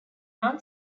non